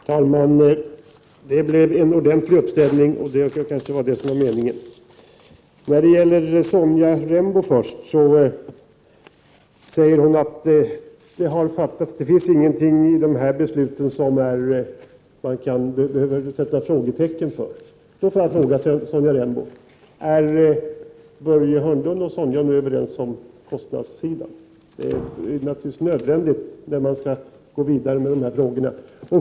Herr talman! Det blev en ordentlig uppställning — det var ju också meningen. Jag vänder mig först till Sonja Rembo. Hon säger att det finns ingenting i de här besluten som man behöver sätta frågetecken för. Får jag då fråga Sonja Rembo: Är Börje Hörnlund och Sonja Rembo nu överens om kostnadssidan? Det är naturligtvis nödvändigt för att kunna gå vidare.